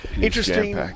interesting